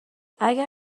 اگر